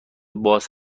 باز